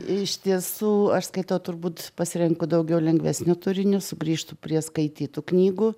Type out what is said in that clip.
iš tiesų aš skaitau turbūt pasirenku daugiau lengvesnio turinio sugrįžtu prie skaitytų knygų